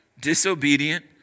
disobedient